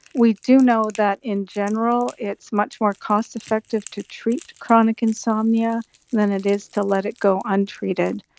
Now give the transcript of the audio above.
we do know that in general it's much more cost effective to treat chronic insomnia than it is to let it go untreated,